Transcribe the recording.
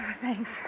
thanks